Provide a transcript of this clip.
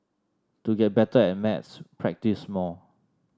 to get better at maths practise more